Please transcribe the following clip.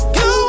go